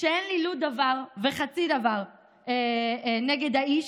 שאין לי דבר וחצי דבר נגד האיש,